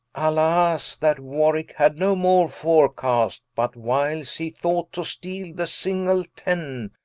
alas, that warwicke had no more fore-cast, but whiles he thought to steale the single ten,